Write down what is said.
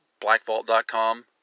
blackvault.com